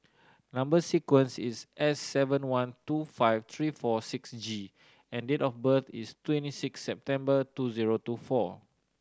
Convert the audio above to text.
number sequence is S seven one two five three four six G and date of birth is twenty six September two zero two four